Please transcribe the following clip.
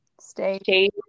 stay